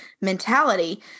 mentality